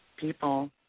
people